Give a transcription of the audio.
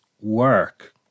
work